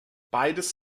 beides